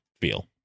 feel